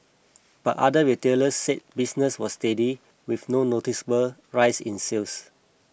but other retailers said business was steady with no noticeable rise in sales